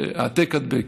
זה "העתק, הדבק",